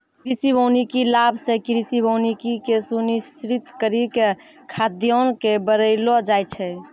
कृषि वानिकी लाभ से कृषि वानिकी के सुनिश्रित करी के खाद्यान्न के बड़ैलो जाय छै